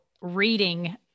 reading